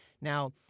Now